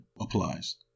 applies